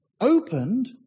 opened